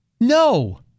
No